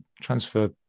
transfer